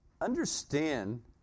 understand